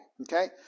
okay